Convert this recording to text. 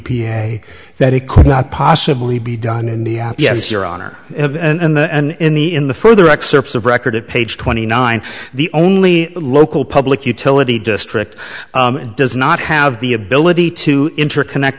a that it could not possibly be done and yes your honor and the and in the in the further excerpts of record at page twenty nine the only local public utility district does not have the ability to interconnect